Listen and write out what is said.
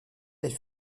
elle